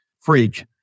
freak